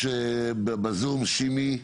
יש בזום את שימי,